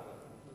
שתיקה",